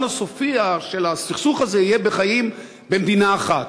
הסופי של הסכסוך הזה יהיה חיים במדינה אחת.